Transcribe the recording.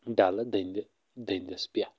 ڈَلہٕ دٔنٛدِ دٔنٛدِس پٮ۪ٹھ